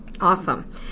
Awesome